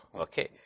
okay